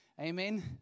Amen